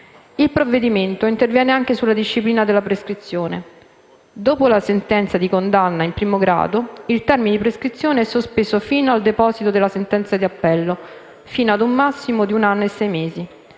Il provvedimento interviene anche sulla disciplina della prescrizione: dopo la sentenza di condanna in primo grado, il termine di prescrizione è sospeso fino al deposito della sentenza di appello, fino ad un massimo di un anno e sei mesi;